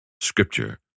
Scripture